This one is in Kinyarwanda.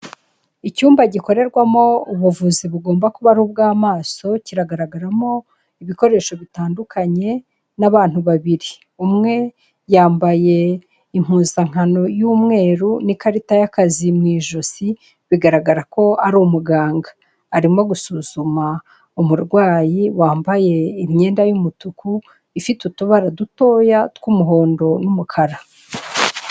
Icyumba gikorerwamo ubuvuzi bugomba kuba ari ubw'amaso, kiragaragaramo ibikoresho bitandukanye, n'abantu babiri. Umwe yambaye impuzankano y'umweru n'ikarita y'akazi mu ijosi, bigaragara ko ari umuganga. Arimo gusuzuma umurwayi wambaye imyenda y'umutuku ifite utubara dutoya tw'umuhondo n'umukara.